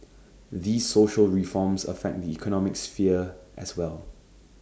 these social reforms affect the economic sphere as well